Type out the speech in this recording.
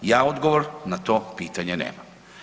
Ja odgovor na to pitanje nemam.